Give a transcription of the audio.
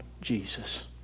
Jesus